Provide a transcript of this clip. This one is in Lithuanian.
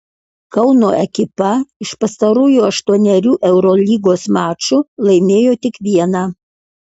kauno ekipa iš pastarųjų aštuonerių eurolygos mačų laimėjo tik vieną